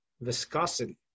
viscosity